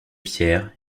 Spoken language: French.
pierres